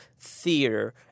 theater